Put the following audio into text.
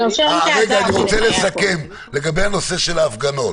רגע, אני רוצה לסכם לגבי הנושא של ההפגנות